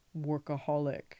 workaholic